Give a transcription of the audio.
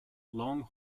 long